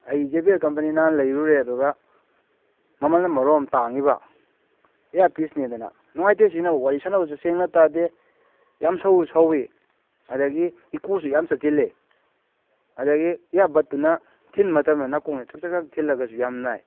ꯑꯩ J B L company ꯅꯍꯥꯟ ꯂꯩꯔꯨꯔꯦ ꯑꯗꯨꯒ ꯃꯃꯜꯅ ꯃꯔꯣꯝ ꯑꯃ ꯇꯥꯡꯉꯤꯕ ꯏꯌꯥꯔ ꯄꯤꯁꯅꯦꯗꯅ ꯅꯨꯡꯉꯥꯏꯇꯦ ꯁꯤꯖꯤꯟꯅꯕ ꯋꯥꯔꯤ ꯁꯥꯟꯅꯕꯁꯨ ꯁꯦꯡꯅ ꯇꯥꯗꯦ ꯌꯥꯝ ꯁꯧꯁꯨ ꯁꯧꯋꯤ ꯑꯗꯒꯤ ꯏꯀꯣꯁꯨ ꯌꯥꯝ ꯆꯠꯁꯤꯜꯂꯦ ꯑꯗꯒꯤ ꯏꯌꯥꯔ ꯕꯠꯇꯨꯅ ꯊꯤꯟ ꯃꯇꯝꯗ ꯅꯥꯀꯣꯡꯗ ꯆꯛ ꯆꯛ ꯆꯛ ꯊꯤꯜꯂꯒꯁꯨ ꯌꯥꯝ ꯅꯥꯏ